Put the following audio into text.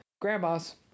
Grandmas